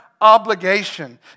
obligation